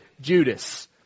Judas